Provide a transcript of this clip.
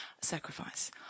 sacrifice